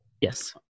yes